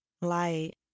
Light